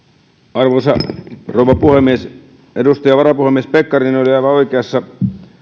arvoisa rouva puhemies edustaja varapuhemies pekkarinen oli aivan oikeassa